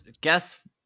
guess